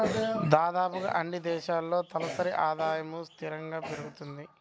దాదాపుగా అన్నీ దేశాల్లో తలసరి ఆదాయము స్థిరంగా పెరుగుతుంది